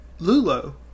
Lulo